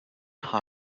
how